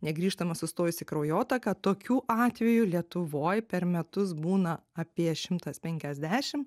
negrįžtama sustojusi kraujotaka tokių atvejų lietuvoj per metus būna apie šimtas penkiasdešim